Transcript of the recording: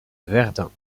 verdun